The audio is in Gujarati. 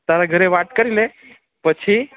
તારા ઘરે વાત કરી લે પછી